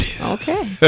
Okay